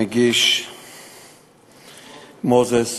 המגיש, מוזס,